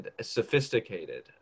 sophisticated